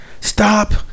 Stop